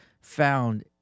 found